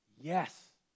Yes